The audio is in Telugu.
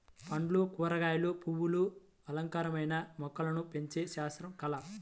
పండ్లు, కూరగాయలు, పువ్వులు అలంకారమైన మొక్కలను పెంచే శాస్త్రం, కళ